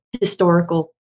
historical